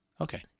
Okay